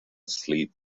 sleep